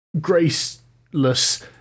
Graceless